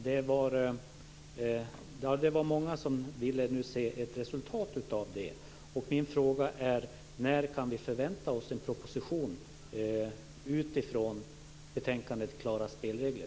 Det var många som nu ville se ett resultat av detta. Min fråga är: När kan vi förvänta oss en proposition utifrån betänkandet Klara spelregler?